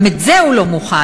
גם את זה הוא לא מוכן.